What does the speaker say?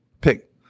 pick